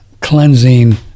cleansing